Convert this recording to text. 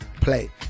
play